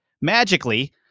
magically